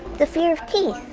the fear of teeth.